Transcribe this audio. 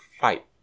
fight